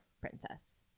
princess